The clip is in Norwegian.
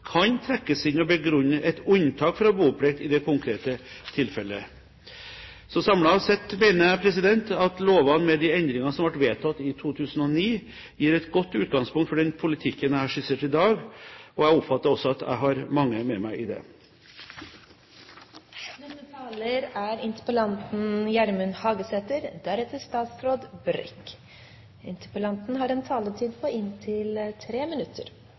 kan trekkes inn og begrunne et unntak fra boplikt i det konkrete tilfellet. Samlet sett mener jeg at lovene, med de endringer som ble vedtatt i 2009, gir et godt utgangspunkt for den politikken jeg har skissert i dag. Jeg oppfatter også at jeg har mange med meg i